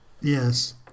Yes